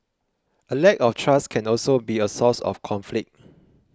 a lack of trust can also be a source of conflict